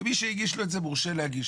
ומי שהגיש לו את זה מורשה להגיש,